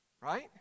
Right